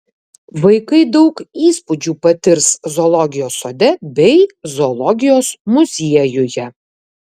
vaikai daug įspūdžių patirs zoologijos sode bei zoologijos muziejuje